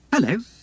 Hello